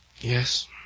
Yes